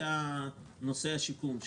ונושא השיכון,